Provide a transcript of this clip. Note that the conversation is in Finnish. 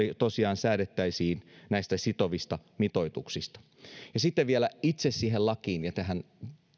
tosiaan säädettäisiin näistä sitovista mitoituksista sitten vielä itse siihen lakiin ja esimerkiksi tähän